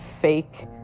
fake